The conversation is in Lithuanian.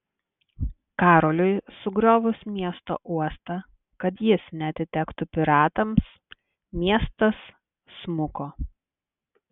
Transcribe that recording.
karoliui sugriovus miesto uostą kad jis neatitektų piratams miestas smuko